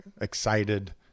excited